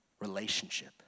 Relationship